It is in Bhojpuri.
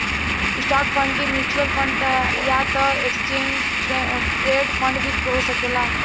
स्टॉक फंड के म्यूच्यूअल फंड या त एक्सचेंज ट्रेड फंड भी हो सकेला